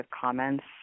comments